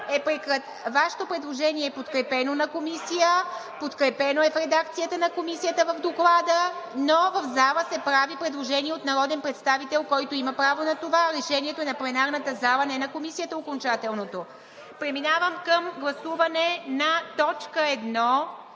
Вашето предложение е подкрепено в Комисията – подкрепено е в редакцията на Комисията в Доклада, но в залата се прави предложение от народен представител, който има право на това. Окончателното решението е на пленарната зала, не на Комисията. Преминавам към гласуване на т.